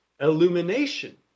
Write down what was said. illumination